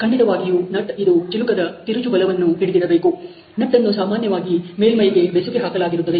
ಖಂಡಿತವಾಗಿಯೂ ನಟ್ ಇದು ಚಿಲುಕದ ತಿರುಚುಬಲವನ್ನು ಹಿಡಿದಿಡಬೇಕು ನಟ್ ನ್ನು ಸಾಮಾನ್ಯವಾಗಿ ಮೇಲ್ಮೈಗೆ ಬೆಸುಗೆ ಹಾಕಲಾಗಿರುತ್ತದೆ